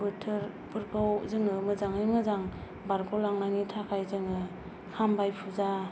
बोथोरफोरखौ जोङो मोजाङै मोजां बारग'लांनायनि थाखाय जोंङो हामबाय फुजा